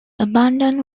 abundant